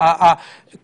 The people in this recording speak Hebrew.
האם ועדת